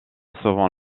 sauvant